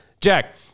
Jack